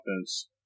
offense